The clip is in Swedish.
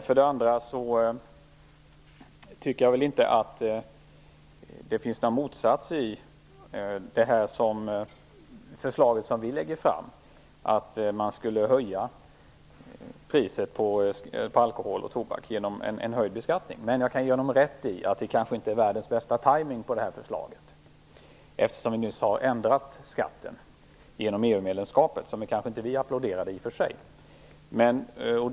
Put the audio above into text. För det andra tycker jag inte att det finns några motsatser i det förslag som vi lägger fram om att höja priset på alkohol och tobak genom en höjd skatt. Men jag kan ge Lars U Granberg rätt i att det kanske inte är världens bästa tajmning med förslaget, eftersom vi nyligen har ändrat skatten genom EU-medlemskapet - som vi kanske i och för sig inte applåderade.